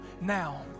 now